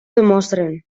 demostren